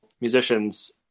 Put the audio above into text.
musicians